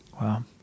Wow